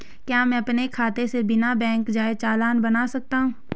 क्या मैं अपने खाते से बिना बैंक जाए चालान बना सकता हूँ?